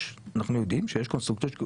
יש, אנחנו יודעים שיש קונסטרוקציות,